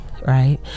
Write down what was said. right